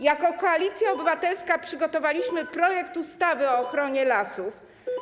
Jako Koalicja Obywatelska przygotowaliśmy projekt ustawy o ochronie lasów.